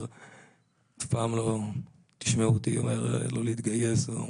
ואף פעם לא תשמעו אותי אומר לא להתגייס.